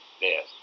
yes